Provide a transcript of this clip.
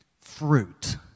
fruit